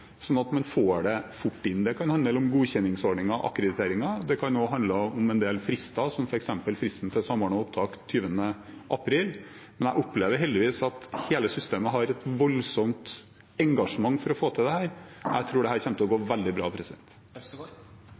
sånn at man får dem fort inn. Det kan handle om godkjenningsordninger og akkrediteringer. Det kan også handle om en del frister, som f.eks. fristen for Samordna opptak, den 20. april, men jeg opplever heldigvis at hele systemet har et voldsomt engasjement for å få til dette. Jeg tror dette kommer til å gå veldig bra. Freddy André Øvstegård